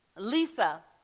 lisa,